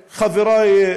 חברי,